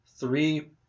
three